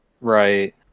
Right